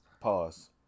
Pause